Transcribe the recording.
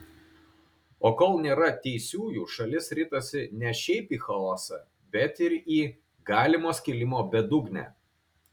o kol nėra teisiųjų šalis ritasi ne šiaip į chaosą bet ir į galimo skilimo bedugnę